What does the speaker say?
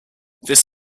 this